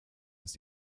ist